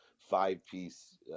five-piece